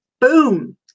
boom